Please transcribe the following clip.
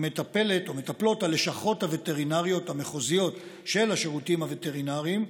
מטפלות הלשכות הווטרינריות המחוזיות של השירותים הווטרינריים,